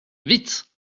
vite